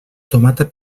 tomata